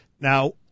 Now